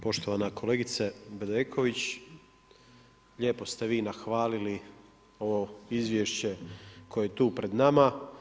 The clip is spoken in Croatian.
Poštovana kolegice Bedeković, lijepo ste vi nahvalili ovo izvješće koje je tu pred nama.